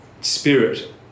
spirit